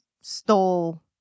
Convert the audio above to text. stole